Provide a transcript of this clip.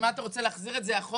אז מה אתה רוצה להחזיר את זה אחורה?